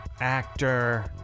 actor